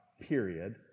period